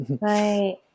Right